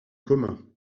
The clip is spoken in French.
communs